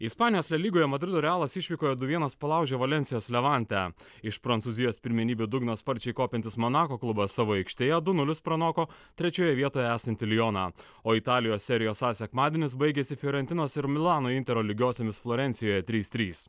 ispanijos vėl lygoje madrido realas išvykoje du vienas palaužė valensijos levante iš prancūzijos pirmenybių dugno sparčiai kopiantis monako klubas savo aikštėje du nulis pranoko trečioje vietoje esantį lioną o italijos serijos sekmadienis baigėsi fiorentinos ir milano intero lygiosiomis florencijoje trys trys